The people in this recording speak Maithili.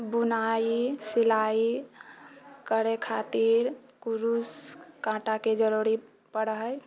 बुनाइ सिलाइ करै खातिर कुरुस काँटाके जरूरी पड़ै हैय